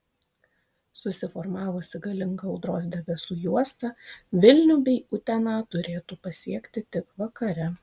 susiformavusi galinga audros debesų juosta vilnių bei uteną turėtų pasiekti tik vakare